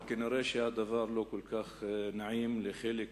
אבל נראה שהדבר לא כל כך נעים לחלק